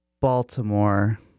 Baltimore